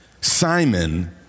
Simon